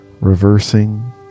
Reversing